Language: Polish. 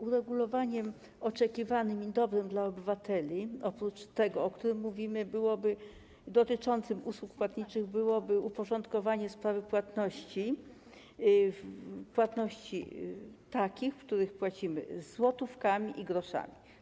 Uregulowaniem oczekiwanym i dobrym dla obywateli oprócz tego, o którym mówimy, dotyczącym usług płatniczych, byłoby uporządkowanie sprawy płatności, w których płacimy złotówkami i groszami.